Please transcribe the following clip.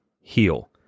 heal